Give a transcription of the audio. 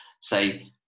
say